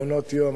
מעונות-יום,